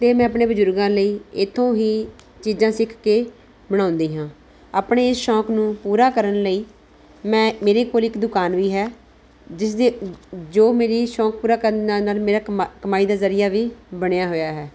ਅਤੇ ਮੈਂ ਆਪਣੇ ਬਜ਼ੁਰਗਾਂ ਲਈ ਇੱਥੋਂ ਹੀ ਚੀਜ਼ਾਂ ਸਿੱਖ ਕੇ ਬਣਾਉਂਦੀ ਹਾਂ ਆਪਣੇ ਇਸ ਸ਼ੌਂਕ ਨੂੰ ਪੂਰਾ ਕਰਨ ਲਈ ਮੈਂ ਮੇਰੇ ਕੋਲ ਇੱਕ ਦੁਕਾਨ ਵੀ ਹੈ ਜਿਸਦੀ ਜੋ ਮੇਰੀ ਸ਼ੌਂਕ ਪੂਰਾ ਕਰਨ ਨਾਲ ਨਾਲ ਮੇਰਾ ਕਮਾ ਕਮਾਈ ਦਾ ਜ਼ਰੀਆ ਵੀ ਬਣਿਆ ਹੋਇਆ ਹੈ